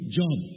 job